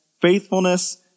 faithfulness